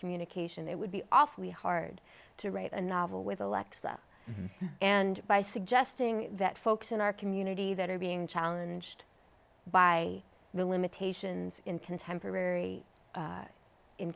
communication it would be awfully hard to write a novel with alexa and by suggesting that folks in our community that are being challenged by the limitations in contemporary